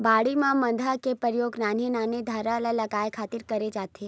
बाड़ी म मांदा के परियोग नान्हे नान्हे थरहा ल लगाय खातिर करे जाथे